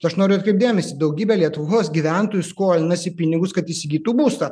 aš noriu atkreipt dėmesį daugybė lietuvos gyventojų skolinasi pinigus kad įsigytų būstą